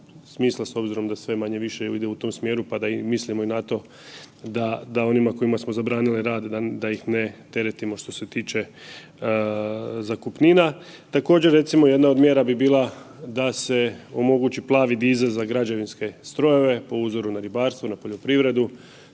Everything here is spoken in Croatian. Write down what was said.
s obzira da sve manje-više ide u tom smjeru, pa da i mislimo i na to da, da onima kojima smo zabranili rad da ih ne teretimo što se tiče zakupnina. Također recimo jedna od mjera bi bila da se omogući plavi disel za građevinske strojeve po uzoru na ribarstvo, na poljoprivredu,